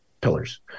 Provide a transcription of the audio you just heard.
pillars